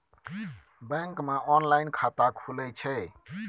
Bank मे online खाता खुले छै?